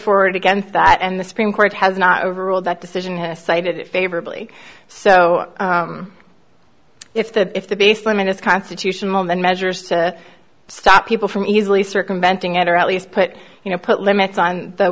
forward against that and the supreme court has not overruled that decision has cited it favorably so if that if the basement is constitutional then measures to stop people from easily circumventing it or at least put you know put limits on the